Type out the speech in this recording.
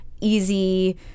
easy